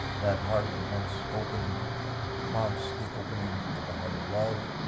that heart once opened prompts the opening of the heart of love,